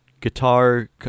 guitar